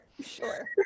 Sure